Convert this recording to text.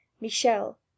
Michel